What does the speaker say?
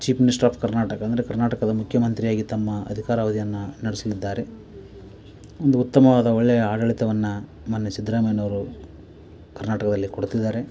chief minister of Karnataka ಅಂದರೆ ಕರ್ನಾಟಕದ ಮುಖ್ಯಮಂತ್ರಿಯಾಗಿ ತಮ್ಮ ಅಧಿಕಾರಾವದಿಯನ್ನ ನಡೆಸಲಿದ್ದಾರೆ ಒಂದು ಉತ್ತಮವಾದ ಒಳ್ಳೆಯ ಆಡಳಿತವನ್ನ ಮಾನ್ಯ ಸಿದ್ಧರಾಮಯ್ಯನವರು ಕರ್ನಾಟಕದಲ್ಲಿ ಕೊಡುತ್ತಿದ್ದಾರೆ